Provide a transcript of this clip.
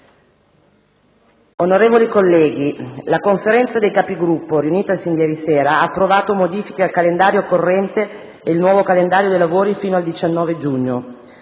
Onorevoli colleghi, la Conferenza dei Capigruppo, riunitasi ieri sera, ha approvato modifiche al calendario corrente e il nuovo calendario dei lavori fino al 19 giugno.